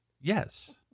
yes